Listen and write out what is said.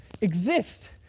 exist